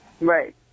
Right